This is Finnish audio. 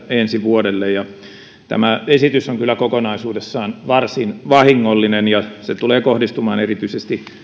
ensi vuodelle esitys on kyllä kokonaisuudessaan varsin vahingollinen ja se tulee kohdistumaan erityisesti